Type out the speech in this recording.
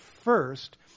first